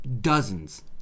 dozens